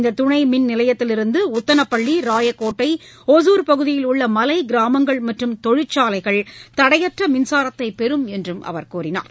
இந்த துணை மின் நிலையத்திலிருந்து உத்தனப்பள்ளி ராயக்கோட்டை ஒசூர் பகுதியில் உள்ள மலை கிராமங்கள் மற்றும் தொழிற்சாலைகள் தடையற்ற மின்சாரத்தை பெறும் என்று அவர் கூறினார்